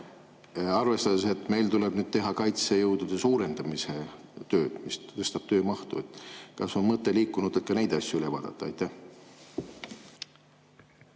Arvestades, et meil tuleb teha kaitsejõudude suurendamise tööd, mis tõstab töömahtu, kas on liikunud mõte ka neid asju üle vaadata? Aitäh,